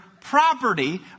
property